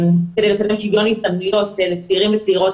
שוויון הזדמנויות לצעירים וצעירות